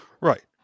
Right